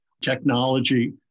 technology